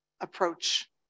approach